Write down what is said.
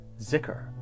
Zikr